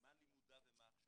מה לימודיו ומה הכשרתו,